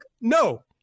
no